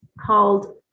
called